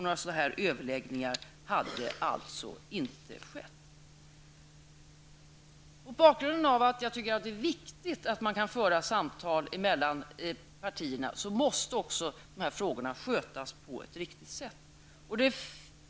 Några överläggningar av detta slag hade alltså inte skett. Jag tycker att det är viktigt att man kan föra samtal mellan partierna, men dessa frågor måste skötas på ett riktigt sätt.